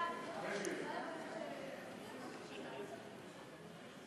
ההסתייגות (17)